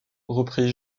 repris